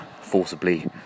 forcibly